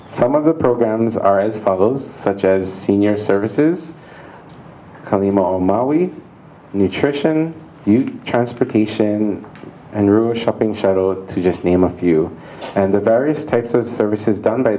some of the programs are as follows such as senior services we need tradition transportation andrew shopping shuttle to just name a few and the various types of services done by